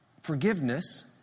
forgiveness